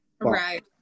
Right